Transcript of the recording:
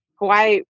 Hawaii